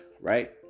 right